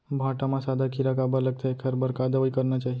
भांटा म सादा कीरा काबर लगथे एखर बर का दवई करना चाही?